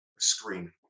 Screen